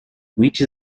which